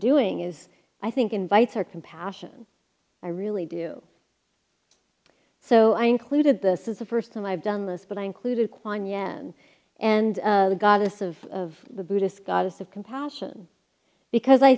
doing is i think invites our compassion i really do so i included this is the first time i've done this but i included quine yan and the goddess of the buddhist goddess of compassion because i